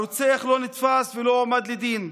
הרוצח לא נתפס ולא הועמד לדין,